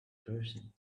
person